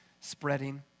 spreading